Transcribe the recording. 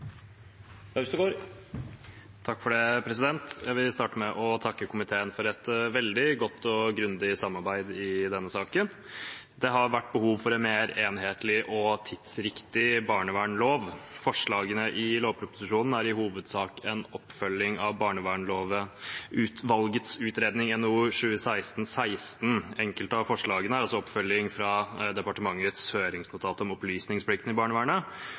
Jeg vil starte med å takke komiteen for et veldig godt og grundig samarbeid i denne saken. Det har vært behov for en mer enhetlig og tidsriktig barnevernlov. Forslagene i lovproposisjonen er i hovedsak en oppfølging av barnevernslovutvalgets utredning, NOU 2016: 16. Enkelte av forslagene er en oppfølging av departementets høringsnotat om opplysningsplikten til barnevernet